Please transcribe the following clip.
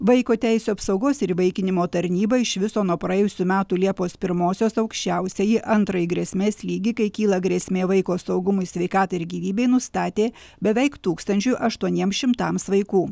vaiko teisių apsaugos ir įvaikinimo tarnyba iš viso nuo praėjusių metų liepos pirmosios aukščiausiąjį antrąjį grėsmės lygį kai kyla grėsmė vaiko saugumui sveikatai ir gyvybei nustatė beveik tūkstančiui aštuoniem šimtams vaikų